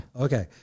Okay